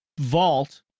vault